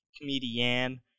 Comedian